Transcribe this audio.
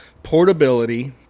portability